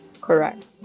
Correct